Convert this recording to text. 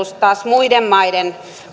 taas muiden maiden